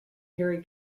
harry